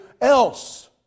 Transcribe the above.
else